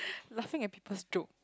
laughing at people's joke